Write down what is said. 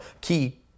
key